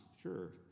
sure